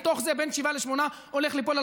מתוך זה בין 7 ל-8 הולכים ליפול על